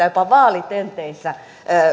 jopa vaalitenteissä